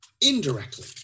indirectly